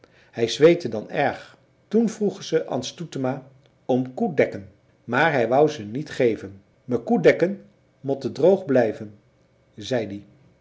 hij zweette dan erg toen vroegen ze an stoetema om koedekken maar hij wou ze niet geven me koedekken motten droog blijven zeid ie